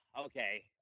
okay